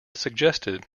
suggested